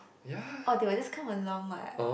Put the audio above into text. oh they would just come along what